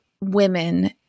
women